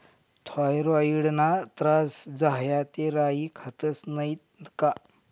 थॉयरॉईडना त्रास झाया ते राई खातस नैत का